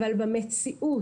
אבל במציאות,